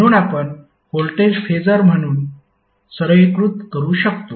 म्हणून आपण voltage phasor म्हणून सरळीकृत करू शकतो